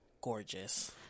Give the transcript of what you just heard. gorgeous